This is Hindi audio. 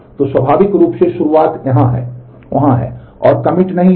तो स्वाभाविक रूप से शुरुआत वहाँ है और कमिट नहीं है